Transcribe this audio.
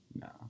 No